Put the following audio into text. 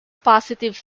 positive